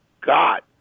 God